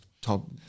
top